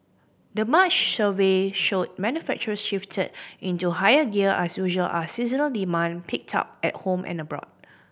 the March survey showed manufacturers shifted into higher gear as usual as seasonal demand picked up at home and abroad